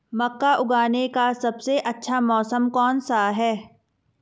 मक्का उगाने का सबसे अच्छा मौसम कौनसा है?